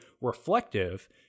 reflective